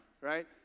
right